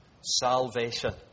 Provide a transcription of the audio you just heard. Salvation